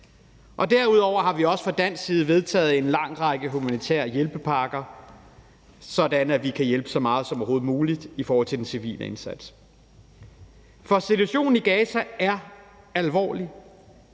Derudover har vi også fra dansk side vedtaget en lang række humanitære hjælpepakker, sådan at vi kan hjælpe så meget som overhovedet muligt i forhold til den civile indsats. For situationen i Gaza er alvorlig,